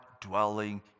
dwelling